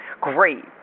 great